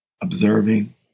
observing